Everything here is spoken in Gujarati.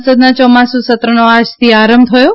સંસદના ચોમાસુ સત્રનો આજથી આરંભ થયો છે